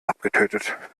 abgetötet